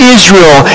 Israel